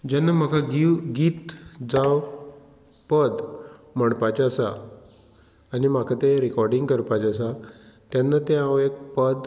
जेन्ना म्हाका गीव गीत जावं पद म्हणपाचें आसा आनी म्हाका तें रिकोर्डींग करपाचें आसा तेन्ना तें हांव एक पद